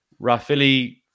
Rafili